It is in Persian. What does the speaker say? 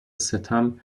ستم